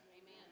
Amen